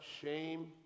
shame